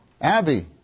Abby